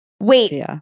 Wait